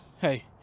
hey